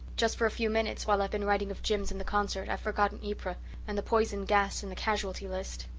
just for a few minutes, while i've been writing of jims and the concert, i've forgotten ypres and the poison gas and the casualty lists.